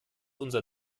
unser